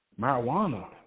marijuana